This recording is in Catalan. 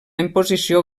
imposició